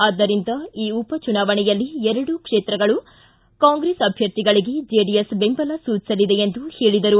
ಆದ್ದರಿಂದ ಈ ಉಪಚುನಾವಣೆಯಲ್ಲಿ ಎರಡು ಕ್ಷೇತ್ರಗಳ ಕಾಂಗ್ರೆಸ್ ಅಭ್ವರ್ಥಿಗಳಿಗೆ ಜೆಡಿಎಸ್ ಬೆಂಬಲ ಸೂಚಿಸಲಿದೆ ಎಂದು ಹೇಳಿದರು